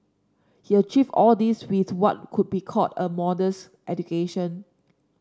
he achieved all this with what could be called a modest education